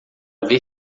ver